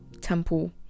temple